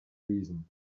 reason